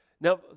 now